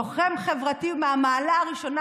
לוחם חברתי מהמעלה הראשונה,